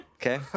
Okay